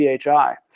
PHI